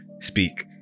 speak